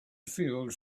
field